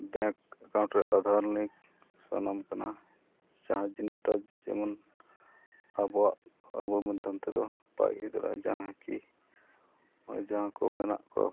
bank account ᱨᱮ Aadhaar link ᱥᱟᱱᱟᱢ ᱠᱟᱱᱟ ᱡᱟᱦᱟᱸ ᱡᱤᱱᱤᱥᱴᱟ ᱡᱮᱢᱚᱱ ᱟᱵᱚᱣᱟᱜ ᱟᱵᱚ ᱢᱟᱫᱽᱫᱷᱚᱢ ᱛᱮᱫᱚ ᱵᱟᱭ ᱦᱩᱭ ᱫᱟᱲᱮᱭᱟᱜᱼᱟ ᱡᱟᱦᱟᱸ ᱠᱤ ᱡᱟᱦᱟᱸ ᱠᱚ ᱢᱮᱱᱟᱜ ᱠᱚᱣᱟ